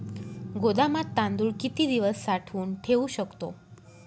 गोदामात तांदूळ किती दिवस साठवून ठेवू शकतो?